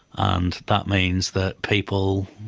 and that means that people,